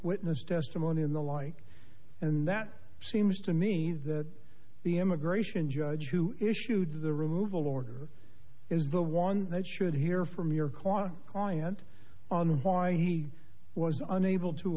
witness testimony in the light and that seems to me that the immigration judge who issued the removal order is the one that should hear from your client on why he was unable to